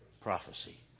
prophecy